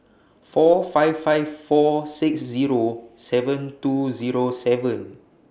four five five four six Zero seven two Zero seven